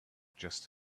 just